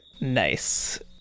Nice